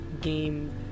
game